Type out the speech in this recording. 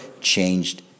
changed